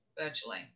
virtually